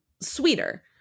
sweeter